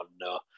no